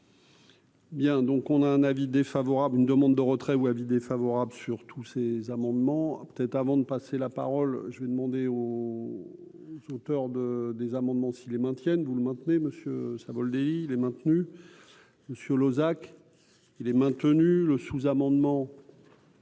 Bien, donc on a un avis défavorable, une demande de retrait ou avis défavorable sur tous ces amendements peut-être avant de passer la parole, je vais demander aux de des amendements si les maintiennent vous le maintenez. Savoldelli, il est maintenu, monsieur Lozach, il est maintenu le sous-amendement.